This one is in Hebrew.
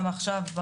גם עכשיו,